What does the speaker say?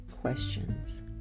questions